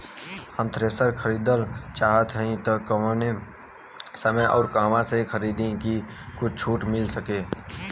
हम थ्रेसर खरीदल चाहत हइं त कवने समय अउर कहवा से खरीदी की कुछ छूट मिल सके?